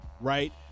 right